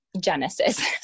Genesis